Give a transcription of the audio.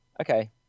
okay